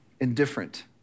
indifferent